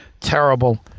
terrible